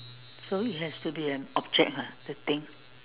so it has to be an object ah the thing